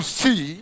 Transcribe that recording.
see